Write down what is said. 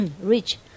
rich